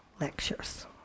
lectures